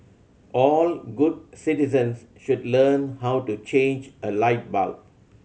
all good citizens should learn how to change a light bulb